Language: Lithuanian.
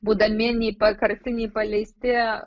būdami nei pakarti nei paleisti